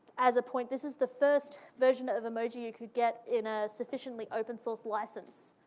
as a point, this is the first version of emoji you could get in ah sufficiently open sourced license,